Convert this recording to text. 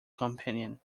companion